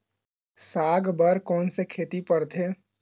साग बर कोन से खेती परथे?